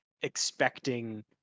expecting